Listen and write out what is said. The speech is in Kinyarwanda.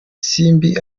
simbi